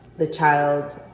the child